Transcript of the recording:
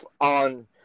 on